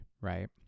right